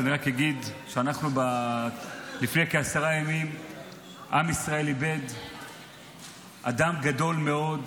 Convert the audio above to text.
אני רק אגיד שלפני כעשרה ימים עם ישראל איבד אדם גדול מאוד,